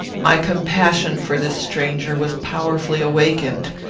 my compassion for this stranger was powerfully awakened.